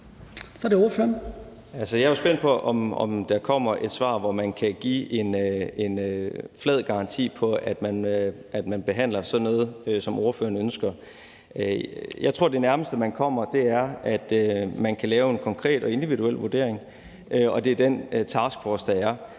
jeg er jo spændt på, om der kommer et svar, hvor man kan give en flad garanti for, at man behandler sådan noget, som ordføreren ønsker. Jeg tror, at det nærmeste, man kommer det, er, at man kan lave en konkret og individuel vurdering, og at det gøres af den taskforce, der er.